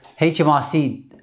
HMRC